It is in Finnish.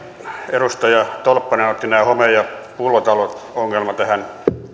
edustaja tolppanen otti home ja pullotalo ongelman tähän